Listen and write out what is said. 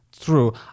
True